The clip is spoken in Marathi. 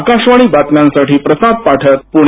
आकाशवाणी बातम्यांसाठी प्रसाद पाठक पुणे